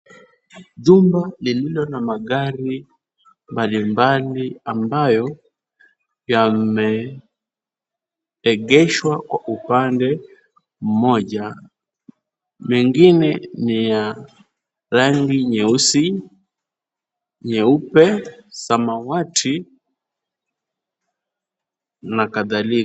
Jumba lililo na magari mbalimbali ambayo, yameegeshwa kwa upande mmoja, mengine ni ya rangi nyeusi, nyeupe, samawati na kadhalika.